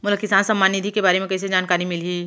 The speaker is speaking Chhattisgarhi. मोला किसान सम्मान निधि के बारे म कइसे जानकारी मिलही?